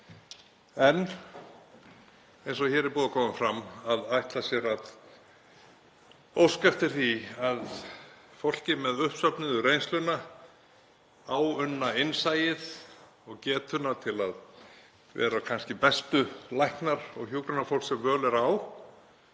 En ekki verður við það unað að menn ætli sér að óska eftir því að fólkið með uppsöfnuðu reynsluna, áunna innsæið og getuna til að vera kannski bestu læknar og hjúkrunarfólk sem völ er á